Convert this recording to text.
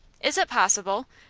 is it possible?